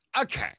Okay